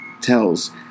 tells